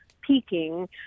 peaking